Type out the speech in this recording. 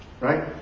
right